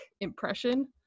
impression